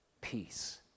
peace